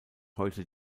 heute